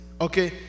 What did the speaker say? okay